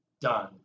done